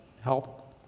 help